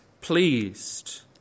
pleased